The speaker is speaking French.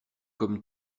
comme